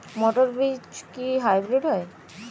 মটর বীজ কি হাইব্রিড হয়?